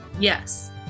Yes